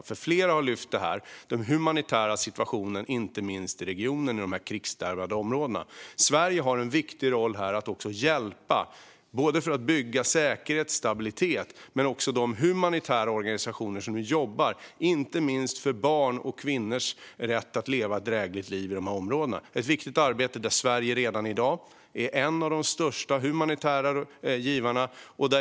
Flera här har lyft upp den humanitära situationen i inte minst de krigsdrabbade områdena i regionen. Sverige har här en viktig roll i att också ge hjälp, dels för att bygga säkerhet och stabilitet, dels till de humanitära organisationer som jobbar för barns och kvinnors rätt att leva ett drägligt liv i dessa områden. Det är ett viktigt arbete där Sverige redan i dag är en av de största humanitära givarna.